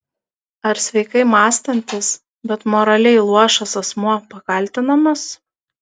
ar sveikai mąstantis bet moraliai luošas asmuo pakaltinamas